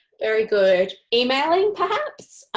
very good. emailing, perhaps.